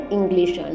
English